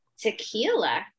Tequila